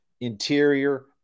interior